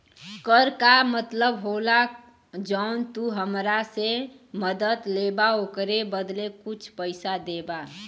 कर का मतलब होला जौन तू हमरा से मदद लेबा ओकरे बदले कुछ पइसा देबा